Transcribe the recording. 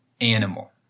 animal